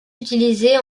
utilisés